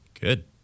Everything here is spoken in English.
Good